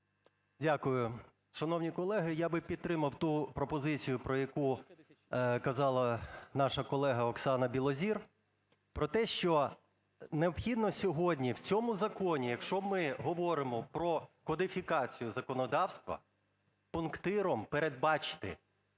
Дякую. Шановні колеги, я би підтримав ту пропозицію, про яку казала наша колега Оксана Білозір, про те, що необхідно сьогодні в цьому законі, якщо ми говоримо про кодифікацію законодавства, пунктиром передбачити: